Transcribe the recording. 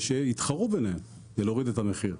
שיתחרו ביניהם כדי להוריד את המחיר.